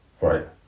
right